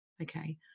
okay